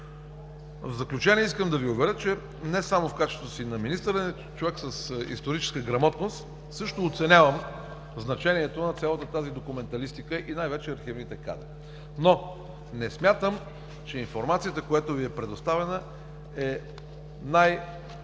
В заключение искам да Ви уверя, че не само в качеството си на министър, а и на човек с историческа грамотност, също оценявам значението на цялата тази документалистика и най-вече архивните кадри, но не смятам, че информацията, която Ви е предоставена, е най-актуална.